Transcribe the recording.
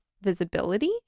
visibility